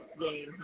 game